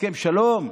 הסכם שלום?